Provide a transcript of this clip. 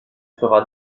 fera